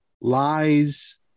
lies